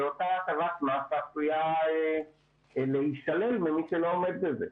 ואותה הטבת מס עשויה להישלל ממי שלא עומד בזה.